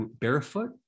barefoot